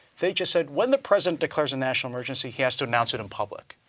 they just said, when the president declares a national emergency, he has to announce it in public.